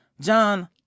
John